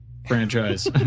franchise